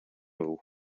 uwo